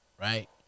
right